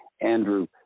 Andrew